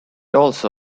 also